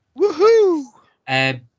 Woohoo